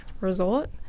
resort